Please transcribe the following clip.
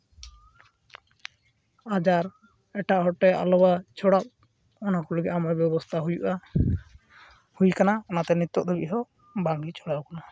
ᱟᱡᱟᱨ ᱮᱴᱟᱜ ᱦᱚᱲ ᱴᱷᱮᱡ ᱟᱞᱚ ᱪᱷᱚᱲᱟᱜ ᱚᱱᱟ ᱠᱚ ᱞᱟᱹᱜᱤᱫ ᱟᱭᱢᱟ ᱵᱮᱵᱚᱥᱛᱷᱟ ᱦᱩᱭᱩᱜᱼᱟ ᱦᱩᱭ ᱠᱟᱱᱟ ᱚᱱᱟᱛᱮ ᱱᱤᱛᱳᱜ ᱫᱷᱟᱹᱵᱤᱡ ᱦᱚᱸ ᱵᱟᱝ ᱜᱮ ᱪᱷᱚᱲᱟᱣ ᱠᱟᱱᱟ